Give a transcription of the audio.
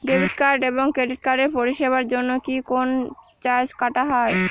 Debit card এবং credit কার্ডের পরিষেবার জন্য কি কোন চার্জ কাটা হয়?